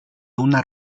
una